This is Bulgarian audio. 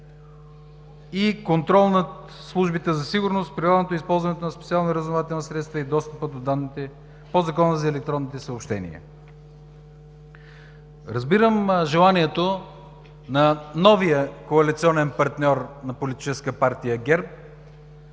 за контрол над службите за сигурност, прилагането и използването на специалните разузнавателни средства и достъпа до данните по Закона за електронните съобщения. Разбирам желанието на новия коалиционен партньор на Политическа партия ГЕРБ